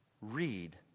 Read